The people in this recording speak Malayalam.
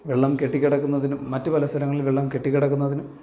വെള്ളം കെട്ടിക്കിടക്കുന്നതിനും മറ്റു പല സ്ഥലങ്ങളിൽ വെള്ളം കെട്ടിക്കിടക്കുന്നതിനും